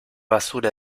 basura